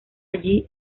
allí